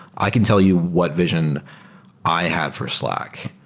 i can tell you what vision i had for slack,